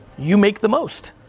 you make the most,